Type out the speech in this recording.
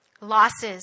Losses